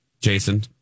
Jason